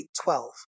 12